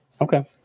Okay